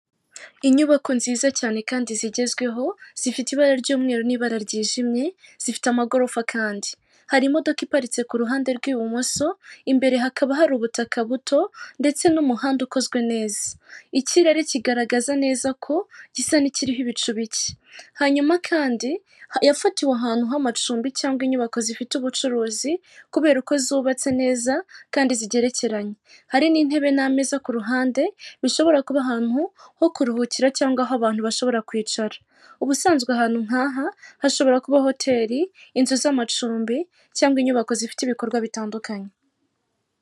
Inyubako nziza cyane kandi zigezweho ,zifite ibara ry'umweru n'ibara ryijimye zifite amagorofa kandi hari imodoka iparitse ku ruhande rw'ibumoso imbere hakaba hari ubutaka buto ndetse n'umuhanda ukozwe neza, ikirere kigaragaza neza ko gisa n'ikiriho ibicu bike hanyuma kandi yafatiwe ahantu h'amacumbi cyangwa inyubako zifite ubucuruzi kubera uko zubatse neza kandi zigerekeranye ,hari n'intebe n'ameza zo ku ruhande bishobora kuba ahantu ho kuruhukira cyangwa Aho abantu bashobora kwicara ubusanzwe ahantu nk'aha hashobora kuba hotel inzu z'amacumbi cyangwa inyubako zifite ibikorwa bitandukanye.